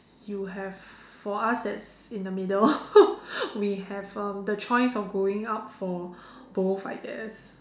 you have for us that's in the middle we have uh the choice of going out for both I guess